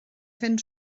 fynd